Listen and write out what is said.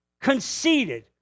conceited